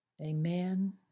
Amen